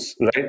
right